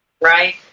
right